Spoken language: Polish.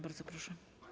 Bardzo proszę.